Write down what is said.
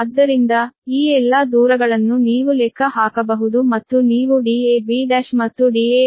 ಆದ್ದರಿಂದ ಈ ಎಲ್ಲಾ ಡಿಸ್ಟೆನ್ಸ್ ಗಳನ್ನು ನೀವು ಲೆಕ್ಕ ಹಾಕಬಹುದು ಮತ್ತು ನೀವು dab1 ಮತ್ತು da1b 6